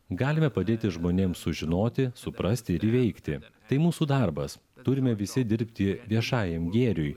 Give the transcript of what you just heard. galime padėti žmonėms sužinoti suprasti ir įveikti tai mūsų darbas turime visi dirbti viešajam gėriui